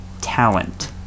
talent